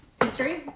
History